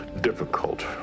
difficult